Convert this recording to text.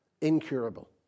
incurable